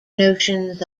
notions